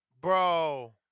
Bro